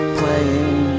playing